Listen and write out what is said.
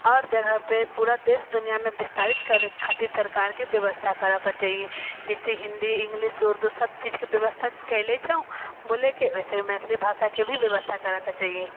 आओर जगहपर पूरा देश दुनियामे विस्तारित करैके खातिर सरकारके बेबस्था करऽके चाही जइसे हिन्दी इङ्गलिश उर्दू सब चीजके बेबस्था कएले छऽ बोलैके वइसे मैथिली भाषाके भी बेबस्था करैके चाही